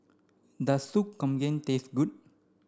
does Sop Kambing taste good